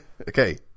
Okay